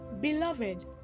Beloved